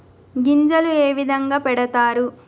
గింజలు ఏ విధంగా పెడతారు?